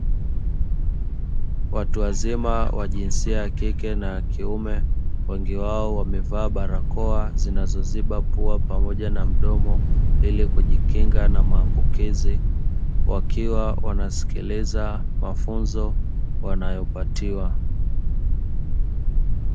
Watu wazima wa jinsia ya kike na kiume, wengi wao wamevaa barakoa zinazoziba pua pamoja na mdomo ili kujikinga na maambukizi, wakiwa wanasikiliza mafunzo wanayopatiwa.